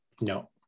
No